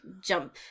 jump